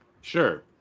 Sure